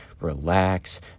Relax